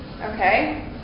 okay